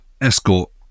escort